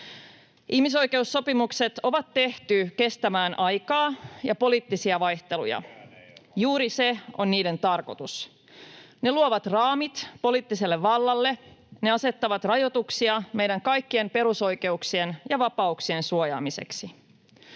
Ihmisoikeussopimukset on tehty kestämään aikaa ja poliittisia vaihteluja. [Välihuuto eduskunnasta] Juuri se on niiden tarkoitus. Ne luovat raamit poliittiselle vallalle, ne asettavat rajoituksia meidän kaikkien perusoikeuksien ja vapauksien suojaamiseksi.